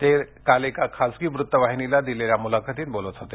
ते काल एका खासगी वृत्तवाहिनीला दिलेल्या मुलाखतीत बोलत होते